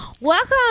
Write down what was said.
Welcome